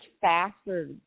faster